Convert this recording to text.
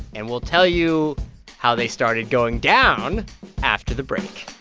and we'll tell you how they started going down after the break